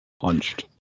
punched